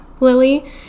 lily